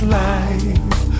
life